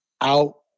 out